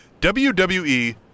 WWE